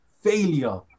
Failure